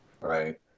Right